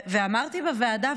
ואמרתי בוועדה,